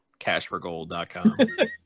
Cashforgold.com